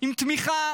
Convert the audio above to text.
עם תמיכה